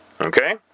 Okay